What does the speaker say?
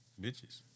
Bitches